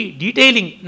detailing